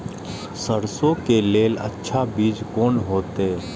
सरसों के लेल अच्छा बीज कोन होते?